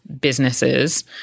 businesses